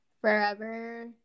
forever